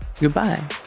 goodbye